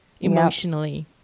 emotionally